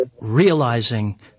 realizing